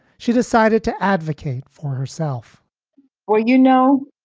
she decided to advocate for herself well, you know,